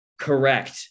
Correct